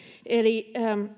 eli